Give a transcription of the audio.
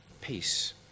peace